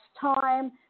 time